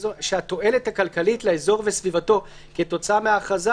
שהתועלת הכלכלית לאזור וסביבתו כתוצאה מההכרזה